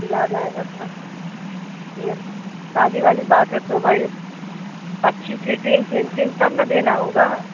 सिला जाएगा सब ए शादी वाली बात है तो भाई अच्छी फिटिन्ग फिनिशिन्ग सब न देना होगा